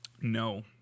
No